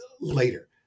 later